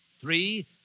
Three